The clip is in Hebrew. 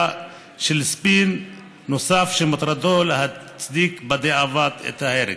עם ספין נוסף שמטרתו להצדיק בדיעבד את ההרג.